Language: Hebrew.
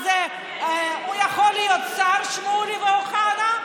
אז הם יכולים להיות שרים, שמולי ואוחנה,